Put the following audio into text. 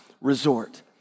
resort